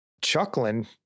chuckling